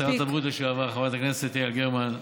שרת הבריאות לשעבר חברת הכנסת יעל גרמן,